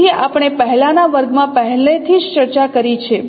તેથી આપણે પહેલાના વર્ગમાં પહેલેથી જ ચર્ચા કરી છે